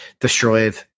destroyed